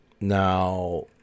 Now